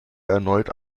erneut